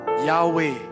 Yahweh